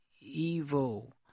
evil